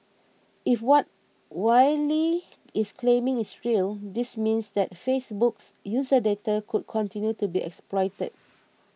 if what Wylie is claiming is real this means that Facebook's user data could continue to be exploited